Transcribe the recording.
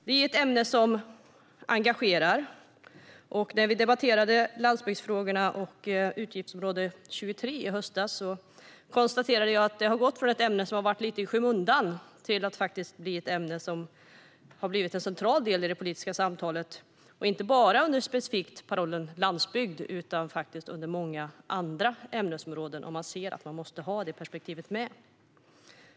Det är ett ämne som engagerar. När vi debatterade landsbygdsfrågorna och utgiftsområde 23 i höstas konstaterade jag att det har gått från ett ämne som har varit lite i skymundan till ett ämne som blivit en central del i det politiska samtalet och inte bara specifikt under parollen landsbygd utan under många andra ämnesområden där man ser att man måste ha med det perspektivet.